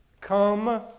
Come